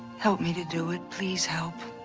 help me to do it. please help.